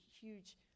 huge